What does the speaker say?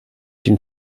den